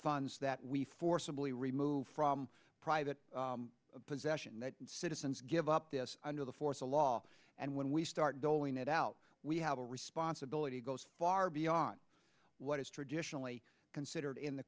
funds that we forcibly remove from private possession that citizens give up this under the force of law and when we start doling it out we have a responsibility goes far beyond what is traditionally considered in the